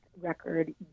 record